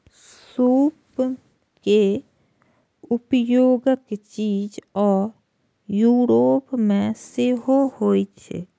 सूप के उपयोग चीन आ यूरोप मे सेहो होइ छै